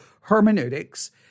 hermeneutics